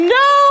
no